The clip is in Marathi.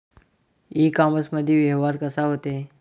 इ कामर्समंदी व्यवहार कसा होते?